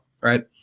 right